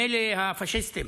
מילא הפשיסטים.